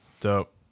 Dope